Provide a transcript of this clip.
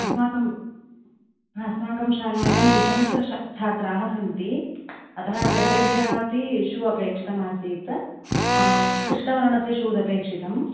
अस्माकम् अस्माकं शालायां द्विसहस्रच्छात्राः सन्ति अतः सर्वेभ्यः अपि शू अपेक्षितमासीत् कृष्णवर्णस्य शूस् अपेक्षितम्